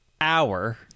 hour